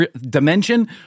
dimension